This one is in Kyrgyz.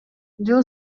жыл